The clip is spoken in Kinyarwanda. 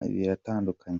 biratandukanye